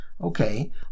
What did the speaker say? Okay